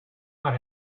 not